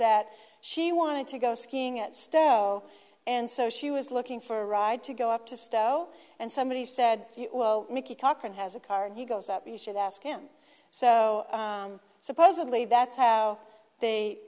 that she wanted to go skiing at stowe and so she was looking for a ride to go up to stowe and somebody said well mickey cochrane has a car and he goes that we should ask him so supposedly that's how they